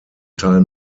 teil